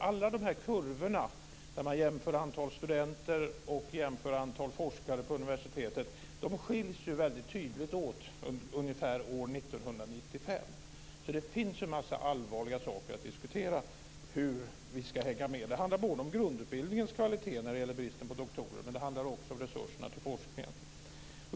Alla de kurvor där man jämför antal studenter och antal forskare på universitetet skiljs väldigt tydligt åt ungefär år 1995. Det finns en del allvarliga saker att diskutera när det gäller hur vi ska hänga med. Det handlar både om grundutbildningens kvalitet vad gäller brist på doktorer och om resurserna till forskningen.